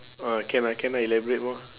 ah can lah can lah elaborate more